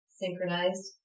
synchronized